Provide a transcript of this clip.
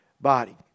body